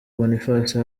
boniface